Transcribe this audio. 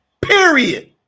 period